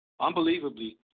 Unbelievably